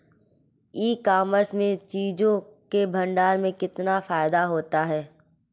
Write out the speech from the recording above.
ई commerce में चीज़ों के भंडारण में कितना फायदा होता है?